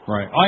Right